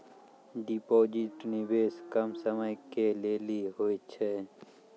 Deposit निवेश कम समय के लेली होय छै?